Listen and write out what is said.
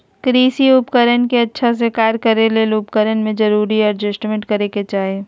कृषि उपकरण के अच्छा से कार्य करै ले उपकरण में जरूरी एडजस्टमेंट करै के चाही